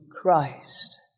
Christ